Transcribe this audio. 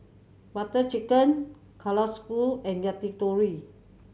Butter Chicken Kalguksu and Yakitori